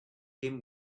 him